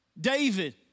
David